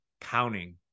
counting